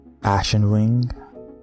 Ashenwing